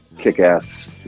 kick-ass